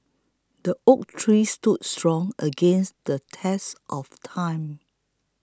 the oak tree stood strong against the test of time